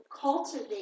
cultivate